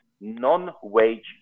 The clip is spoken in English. non-wage